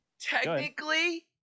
Technically